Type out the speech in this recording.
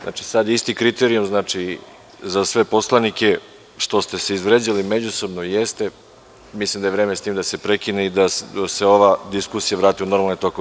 Znači, sada isti kriterijum za sve poslanike, što ste se izvređali međusobno jeste, mislim da je vreme sa tim da se prekine i da se ova diskusija vrati u normalne tokove.